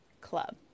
club